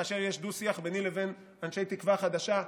כאשר יש דו-שיח ביני לבין אנשי תקווה חדשה,